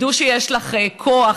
שידעו שיש לך כוח,